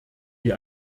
die